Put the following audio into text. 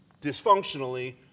dysfunctionally